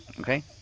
Okay